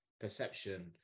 perception